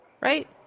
Right